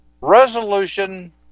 resolution